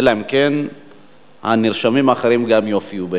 אלא אם כן הנרשמים האחרים יופיעו בהמשך.